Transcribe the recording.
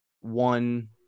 one